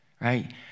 Right